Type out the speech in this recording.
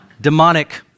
Demonic